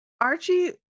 Archie